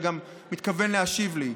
וגם מתכוון להשיב לי.